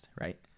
right